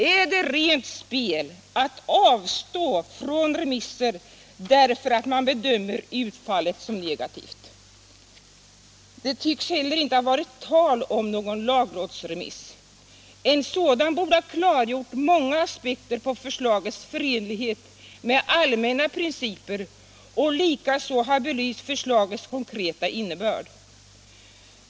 Är det rent spel att avstå från remisser därför att man gör bedömningen att utfallet kan bli negativt? Det tycks heller inte ha varit tal om någon lagrådsremiss. En sådan borde ha klargjort förslagets förenlighet med allmänna principer ur många aspekter och likaså ha belyst förslagets konkreta innebörd.